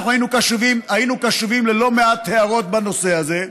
אנחנו היינו קשובים ללא מעט הערות בנושא הזה,